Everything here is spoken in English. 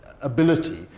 ability